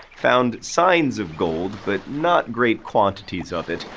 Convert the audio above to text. found signs of gold but not great quantities of it.